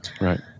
Right